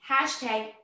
hashtag